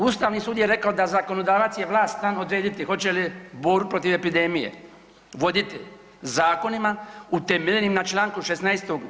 Ustavni sud je rekao da zakonodavac je vlast sam odrediti hoće li borbu protiv epidemije voditi zakonima utemeljenim na Članku 16.